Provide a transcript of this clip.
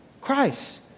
Christ